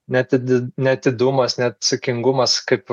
neatid neatidumas neatsakingumas kaip